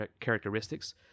characteristics